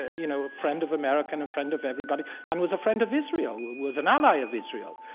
you know, a friend of america, and a friend of everybody, and was a friend of israel, was an ally of israel.